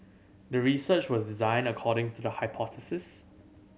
the research was designed according to the hypothesis